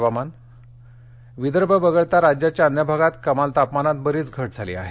हवामान विदर्भ वगळता राज्याच्या अन्य भागात कमाल तापमानात बरीच घट झाली आहे